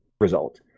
result